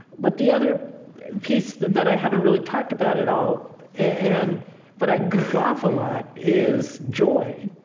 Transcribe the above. but the other piece that i haven't really talked about it all and but i goof off a lot is joy.